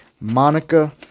Monica